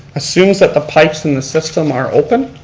assumes that the pipes in the system are open,